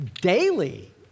daily